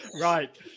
Right